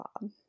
Bob